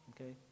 okay